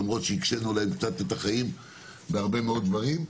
למרות שהקשינו עליהם קצת את החיים בהרבה מאוד דברים.